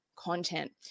content